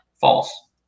False